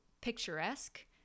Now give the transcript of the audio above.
picturesque